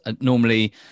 Normally